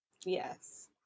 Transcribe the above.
yes